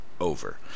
over